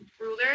ruler